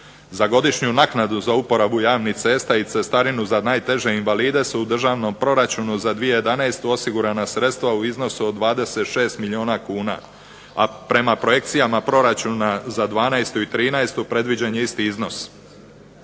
Za godišnju naknadu za uporabu javnih cesta i cestarinu za najteže invalide se u državnom proračunu za 2011. osigurana sredstva u iznosu od 26 milijuna kuna, a prema projekcijama proračuna za 12. i 13. predviđen je isti iznos.